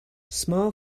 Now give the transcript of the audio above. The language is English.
small